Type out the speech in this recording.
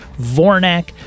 Vornak